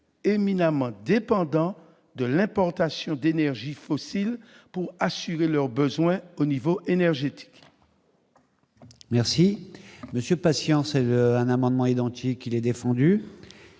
éminemment dépendants de l'importation d'énergies fossiles pour assurer leurs besoins au niveau énergétique.